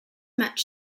match